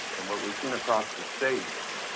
and what we've seen across the state